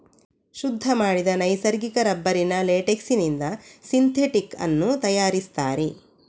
ಶುದ್ಧ ಮಾಡಿದ ನೈಸರ್ಗಿಕ ರಬ್ಬರಿನ ಲೇಟೆಕ್ಸಿನಿಂದ ಸಿಂಥೆಟಿಕ್ ಅನ್ನು ತಯಾರಿಸ್ತಾರೆ